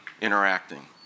interacting